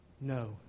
No